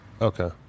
Okay